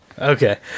Okay